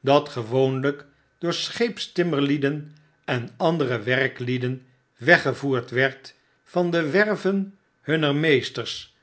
dat gewoonlijk door scheepstimmerlieden en andere werklieden weggevoerd werd van de werven hunner meesters